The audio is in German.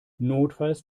notfalls